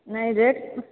ନାଇଁ ରେଟ୍